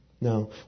No